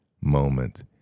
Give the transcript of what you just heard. moment